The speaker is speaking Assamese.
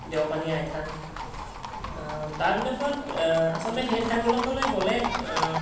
দেওপানী আইথান তাৰ আচলতে সেই ঠাইবোৰকলৈ গ'লে